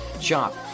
chop